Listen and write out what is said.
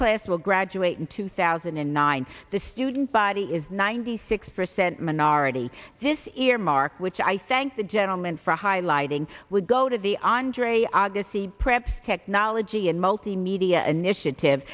will graduate in two thousand and nine the student body is ninety six percent minority this earmark which i thank the gentleman for highlighting would go to the andre agassi prep technology and multi media initiative